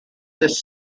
this